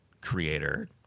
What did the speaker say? creator